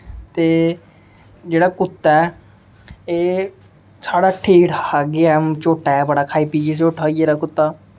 ते जेह्ड़ा कुत्ता ऐ एह् साढ़ा ठीक ठाक गै ऐ झोट्टा ऐ खाई पियै झोट्टा होई दा कुत्ता